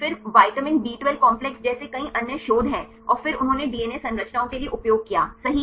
फिर vitamin B 12 complex जैसे कई अन्य शोध हैं और फिर उन्होंने डीएनए संरचनाओं के लिए उपयोग किया सही